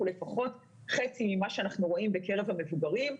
הוא לפחות חצי ממה שאנחנו רואים בקרב המבוגרים.